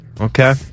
Okay